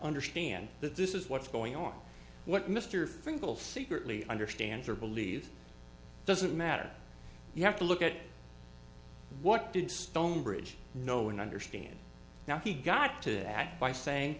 understand that this is what's going on what mr finkel secretly understands or believes doesn't matter you have to look at what did stonebridge know and understand now he got to act by saying